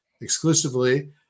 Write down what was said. exclusively